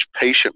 patient